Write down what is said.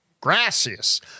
Gracias